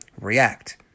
react